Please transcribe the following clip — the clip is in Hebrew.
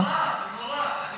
אדוני סגן השר, זה נורא, זה נורא.